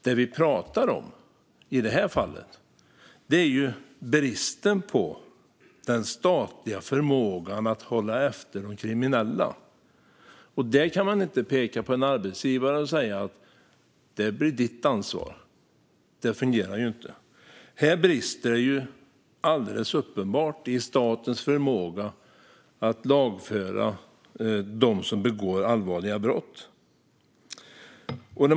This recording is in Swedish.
Det vi pratar om i det här fallet är ju bristen på statlig förmåga att hålla efter de kriminella. Man kan inte peka på en arbetsgivare och säga: Det blir ditt ansvar. Det fungerar inte. Här brister det alldeles uppenbart i statens förmåga att lagföra dem som begår allvarliga brott.